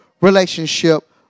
relationship